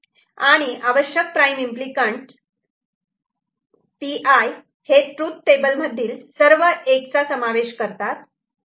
आणि आवश्यक prime implicant PI हे तृथ टेबल मधील सर्व 1's चा एकत्र समावेश करतात